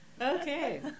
okay